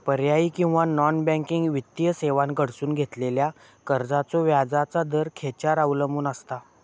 पर्यायी किंवा non banking वित्तीय सेवांकडसून घेतलेल्या कर्जाचो व्याजाचा दर खेच्यार अवलंबून आसता?